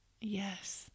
Yes